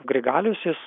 grigalius jis